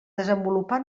desenvolupar